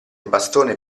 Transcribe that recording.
bastone